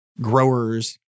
growers